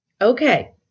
okay